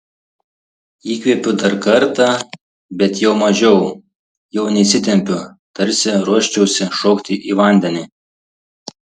įkvėpiu dar kartą bet jau mažiau jau neįsitempiu tarsi ruoščiausi šokti į vandenį